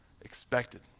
expected